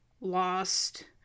lost